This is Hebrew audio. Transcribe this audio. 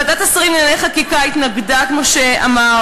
ועדת השרים לענייני חקיקה התנגדה, כמו שאמרתי.